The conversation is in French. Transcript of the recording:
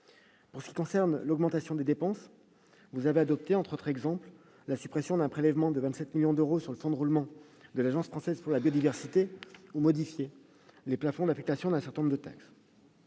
En ce qui concerne l'augmentation des dépenses, vous avez adopté, entre autres mesures, la suppression d'un prélèvement de 27 millions d'euros sur le fonds de roulement de l'Agence française pour la biodiversité et modifié les plafonds d'affectation d'un certain nombre de taxes.